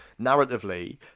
narratively